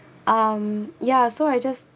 um yeah so I just